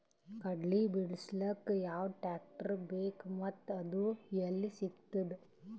ಕಡಲಿ ಬಿಡಿಸಲಕ ಯಾವ ಟ್ರಾಕ್ಟರ್ ಬೇಕ ಮತ್ತ ಅದು ಯಲ್ಲಿ ಸಿಗತದ?